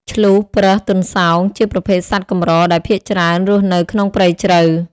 ឈ្លូស ប្រើស ទន្សោង ជាប្រភេទសត្វកម្រដែលភាគច្រើនរស់នៅក្នុងព្រៃជ្រៅ។